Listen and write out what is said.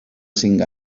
cinc